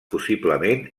possiblement